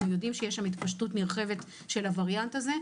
יודעים שיש בו התפשטות נרחבת של הווריאנט הזה.